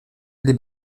les